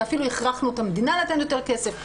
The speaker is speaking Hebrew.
ואפילו הכרחנו את המדינה לתת יותר כסף.